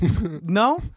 No